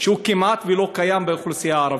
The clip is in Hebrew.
והוא כמעט לא קיים לאוכלוסייה הערבית.